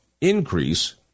increase